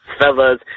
fellas